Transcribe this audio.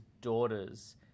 daughters